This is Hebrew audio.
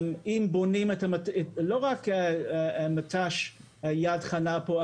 לא רק מט"ש יד חנה פה,